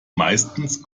meistens